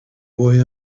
boy